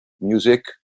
music